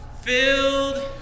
Filled